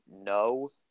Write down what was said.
No